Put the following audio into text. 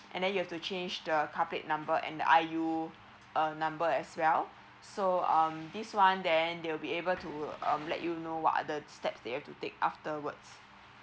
and then you have to change the car plate number and the I_U uh number as well so um this one then they will be able to um let you know what are the that step have to take afterwards